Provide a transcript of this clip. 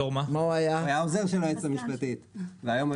הוא היה העוזר של היועצת המשפטית והיום הוא